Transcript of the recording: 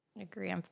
agree